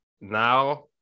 now